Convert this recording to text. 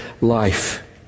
life